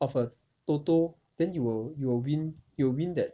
of a toto then you'll you'll win you'll win that